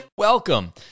Welcome